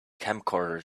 camcorder